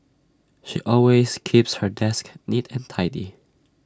she always keeps her desk neat and tidy